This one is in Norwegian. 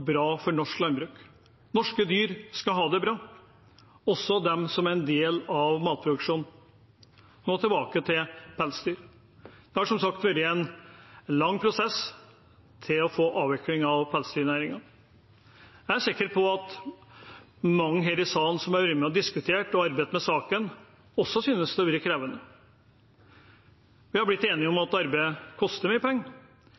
som er en del av matproduksjon. Nå tilbake til pelsdyr: Det har som sagt vært en lang prosess for å få avviklet pelsdyrnæringen. Jeg er sikker på at mange her i salen som har vært med og diskutert og arbeidet med saken, også synes at det har vært krevende. Vi har blitt enige om at arbeidet koster mye penger,